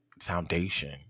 foundation